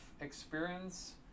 experience